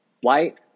white